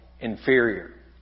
inferior